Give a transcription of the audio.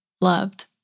loved